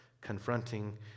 confronting